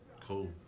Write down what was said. cool